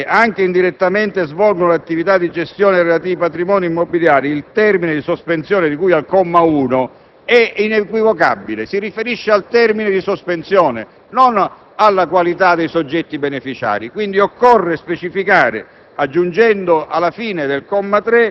Ora, la dizione: «anche indirettamente, svolgono l'attività di gestione dei relativi patrimoni immobiliari, il termini di sospensione di cui al comma 1...» è inequivocabile: si riferisce al termine di sospensione, non alla qualità dei soggetti beneficiari. Occorre pertanto specificare,